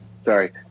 sorry